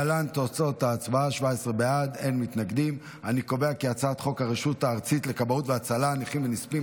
ההצעה להעביר את הצעת חוק הרשות הארצית לכבאות והצלה (נכים ונספים),